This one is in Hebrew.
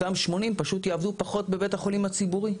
אותם 80 פשוט יעבדו פחות בבית החולים הציבורי.